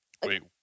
Wait